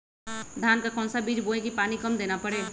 धान का कौन सा बीज बोय की पानी कम देना परे?